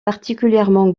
particulièrement